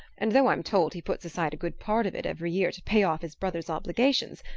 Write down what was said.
and though i'm told he puts aside, a good part of it every year to pay off his brother's obligations,